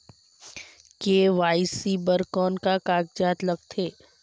KYC बर कौन का कागजात लगथे?